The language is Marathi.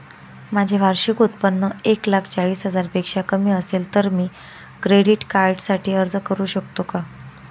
माझे वार्षिक उत्त्पन्न एक लाख चाळीस हजार पेक्षा कमी असेल तर मी क्रेडिट कार्डसाठी अर्ज करु शकतो का?